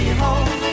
home